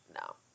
No